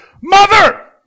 Mother